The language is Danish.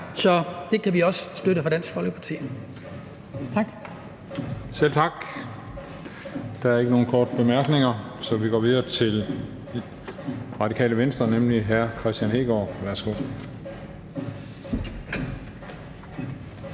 så det kan vi også støtte i Dansk Folkeparti.